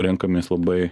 renkamės labai